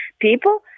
people